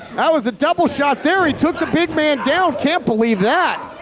that was a double shot there, he took the big man down, can't believe that!